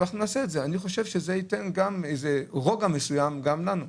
אני חושב שזה ייתן רוגע מסוים גם לנו.